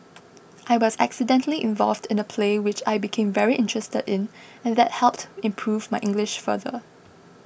I was accidentally involved in a play which I became very interested in and that helped improve my English further